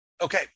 Okay